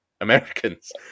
Americans